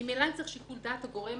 אם צריך שיקול דעת, הגורם